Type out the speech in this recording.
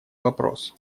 вопрос